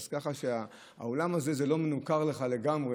ככה שהאולם הזה לא מנוכר לך לגמרי.